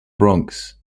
bronx